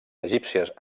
egípcies